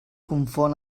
confon